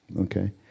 okay